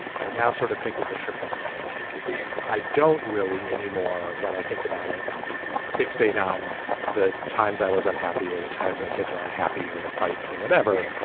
i now sort of think of the trip that way like i don't really anymore when i think about it fixate on the times i was unhappy or the times my kids were unhappy or the fights or whatever.